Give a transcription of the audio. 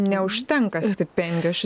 neužtenka stipendijos šis